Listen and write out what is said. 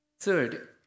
Third